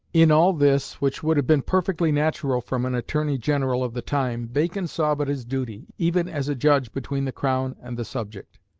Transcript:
in all this, which would have been perfectly natural from an attorney-general of the time, bacon saw but his duty, even as a judge between the crown and the subject.